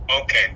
Okay